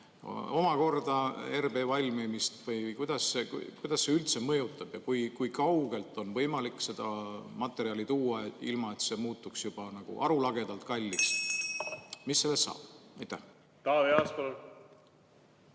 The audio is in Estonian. omakorda RB valmimist või kuidas see üldse mõjutab? Ja kui kaugelt on võimalik seda materjali tuua, ilma et see muutuks juba arulagedalt kalliks? Mis sellest saab? Suur tänu,